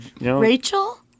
Rachel